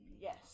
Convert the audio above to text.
Yes